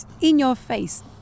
in-your-face